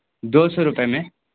دو سو روپے میں